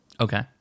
Okay